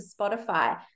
Spotify